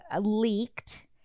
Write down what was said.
leaked